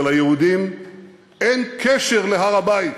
שליהודים אין קשר להר-הבית.